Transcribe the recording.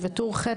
ובטור ח,